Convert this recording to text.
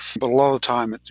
but lot of time,